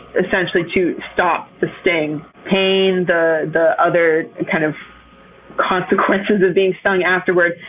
essentially, to stop the sting. pain, the the other kind of consequences of being stung afterwards,